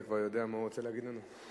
אתה כבר יודע מה הוא רוצה להגיד לנו?